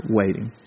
waiting